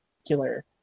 particular